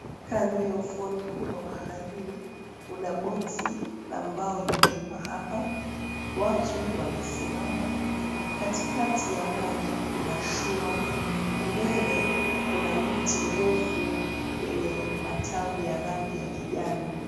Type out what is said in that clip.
Kando ya ufuoni huu mwa baharini kuna boksi la mbao limewekwa hapa. Watu wamesimama katikati ya maji kuna shua, mbele kuna mti mrefu wenye matawi ya rangi ya kijani.